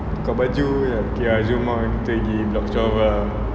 tukar baju like okay ah jom ah kita orang pergi block twelve ah